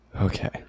Okay